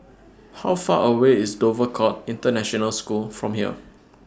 How Far away IS Dover Court International School from here